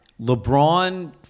LeBron